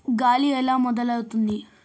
గాలి ఎలా మొదలవుతుంది?